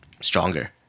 stronger